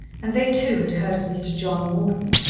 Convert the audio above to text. and they, too, had heard of mr. john morton.